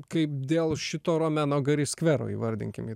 kaip dėl šito skvero įvardinkime